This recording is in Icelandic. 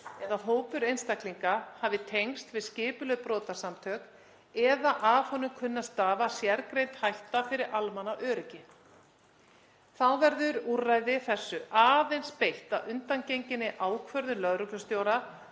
eða hópur einstaklinga hafi tengsl við skipulögð brotasamtök eða af honum kunni að stafa sérgreind hætta fyrir almannaöryggi. Þá verður úrræði þessu aðeins beitt að undangenginni ákvörðun lögreglustjóra